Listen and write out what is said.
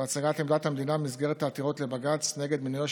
בהצגת עמדת המדינה במסגרת העתירות לבג"ץ נגד מינויו